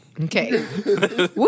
Okay